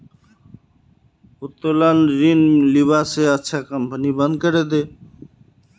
उत्तोलन ऋण लीबा स अच्छा कंपनी बंद करे दे